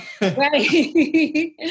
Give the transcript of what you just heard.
Right